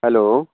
hello